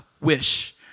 wish